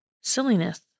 Silliness